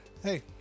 Hey